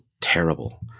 terrible